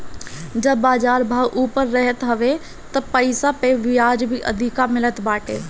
जब बाजार भाव ऊपर रहत हवे तब पईसा पअ बियाज भी अधिका मिलत बाटे